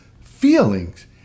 feelings